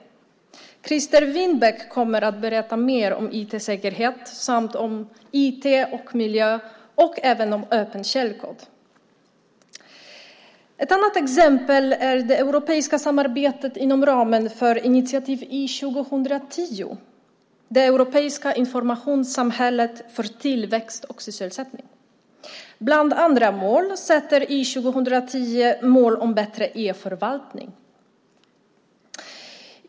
Christer Winbäck kommer att berätta mer om IT-säkerhet, om IT och miljö samt även om öppen källkod. Ett annat exempel är det europeiska samarbetet inom ramen för initiativet i2010, det europeiska informationssamhället för tillväxt och sysselsättning. Bland annat sätter i2010 upp mål om bättre e-förvaltning.